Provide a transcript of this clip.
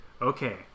Okay